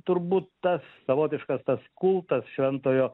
turbūt tas savotiškas tas kultas šventojo